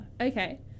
okay